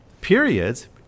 periods